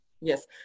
Yes